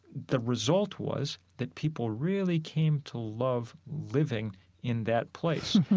the result was that people really came to love living in that place.